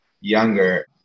younger